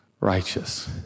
righteous